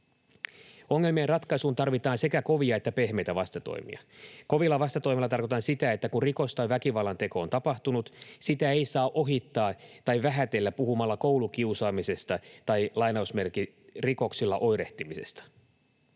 Ongelmien ratkaisuun tarvitaan sekä kovia että pehmeitä vastatoimia. Kovilla vastatoimilla tarkoitan sitä, että kun rikos tai väkivallanteko on tapahtunut, sitä ei saa ohittaa tai vähätellä puhumalla koulukiusaamisesta tai ”rikoksilla oirehtimisesta”.